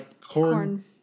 corn